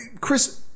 Chris